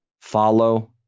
Follow